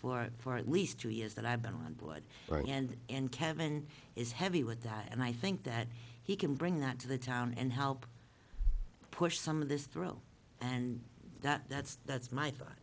for for at least two years that i've been on board wrong and and kevin is heavy with that and i think that he can bring that to the town and help push some of this through and that's that's my thought